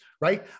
right